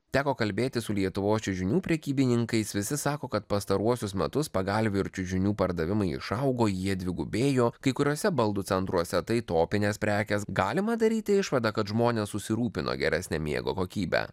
teko kalbėtis su lietuvos čiužinių prekybininkais visi sako kad pastaruosius metus pagalvių ir čiužinių pardavimai išaugo jie dvigubėjo kai kuriuose baldų centruose tai topinės prekės galima daryti išvadą kad žmonės susirūpino geresne miego kokybe